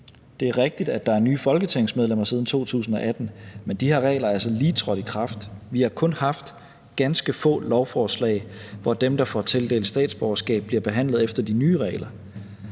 Det er rigtigt, at der er kommet nye folketingsmedlemmer siden 2018, men de her regler er altså lige trådt i kraft. Vi har kun haft ganske få lovforslag, hvor dem, der får tildelt statsborgerskab, bliver behandlet efter de nye regler.